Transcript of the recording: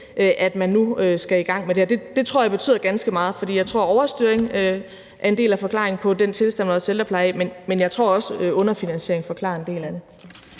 at man nu skal i gang med det her, og det tror jeg betyder ganske meget. For jeg tror, at overstyring er en del af forklaringen på den tilstand, vores ældrepleje er i. Men jeg tror også, at underfinansiering forklarer en del af det.